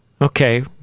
Okay